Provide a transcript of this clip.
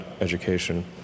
education